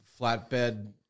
flatbed